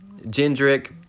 Gendrick